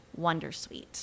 Wondersuite